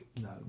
No